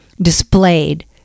displayed